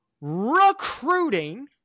recruiting